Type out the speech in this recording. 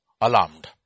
alarmed